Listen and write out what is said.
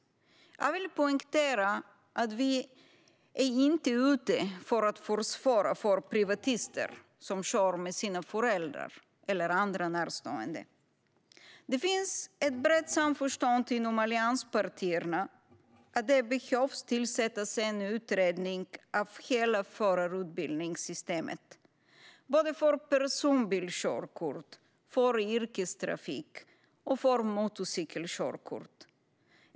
Jag vill poängtera att vi inte är ute efter att försvåra för privatister som kör med sina föräldrar eller andra närstående. Det finns ett brett samförstånd inom allianspartierna om att det behöver tillsättas en utredning av hela förarutbildningssystemet för såväl personbilkörkort som körkort för yrkestrafik och motorcykelkörkort.